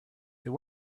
they